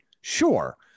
Sure